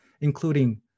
including